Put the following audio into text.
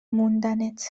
موندنت